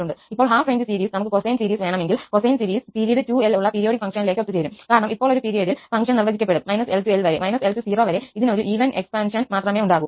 ഇപ്പോൾ half range സീരീസിന് നമുക്ക് കൊസൈൻ സീരീസ് വേണമെങ്കിൽ കോസിൻ സീരീസ് പിരീഡ് 2𝐿 ഉള്ള പീരിയോഡിക് ഫങ്ക്ഷനിലേക്കു ഒത്തുചേരും കാരണം ഇപ്പോൾ ഒരു പീരിയഡിൽ ഫംഗ്ഷൻ നിർവചിക്കപ്പെടും 𝐿 to 𝐿 വരെ 𝐿 to 0 വരെ ഇതിന് ഒരു ഈവൻ എക്സ്റ്റൻഷൻ മാത്രമേ ഉണ്ടാകൂ